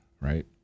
right